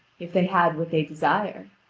if they had what they desire.